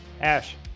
Ash